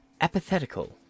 apathetical